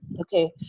Okay